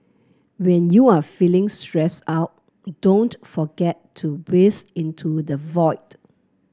when you are feeling stressed out don't forget to breathe into the void